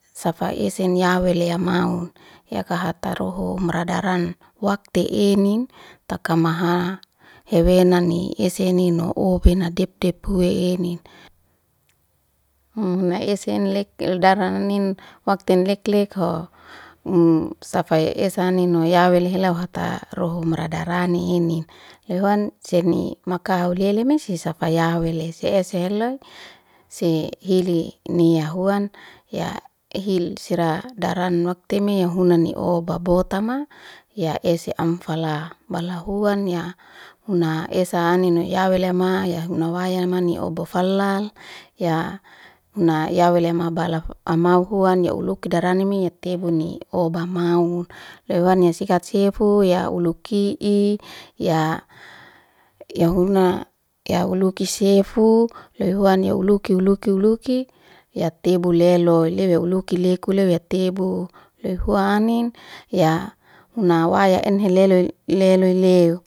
safa hesen ya wele ya maun yaka hata rohu um radaran wakte enin takama heweanni esenino ebena dip- dip wehe enin, um huna esen lek eldrananin wakte lek- lekho um safa esanino ya heloy hata rohum radarani inin. Loy huan seni maka haulele misa safa yau wele sehe seheloy se hilini huan ya hil sera daran wakteme ya hunani oba botama ya ese am fala bala huan ya muna esa anino ya wele ama huna wayamani oba falal ya ya wele bala ama huan ya uluki darani me tebami oba maun loy huan ya sikat sefu ya uluki'i ya huna uliki sefu loy huan ya ului uluki uluki ya tebu lele loy leu ya uliki lekule ya tebu loy hua anin ya muna waya enhelele loy lele eu.